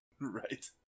Right